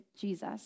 Jesus